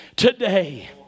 today